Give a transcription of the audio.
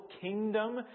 kingdom